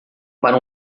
para